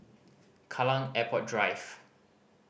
Kallang Airport Drive